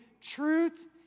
truth